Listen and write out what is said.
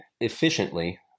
efficiently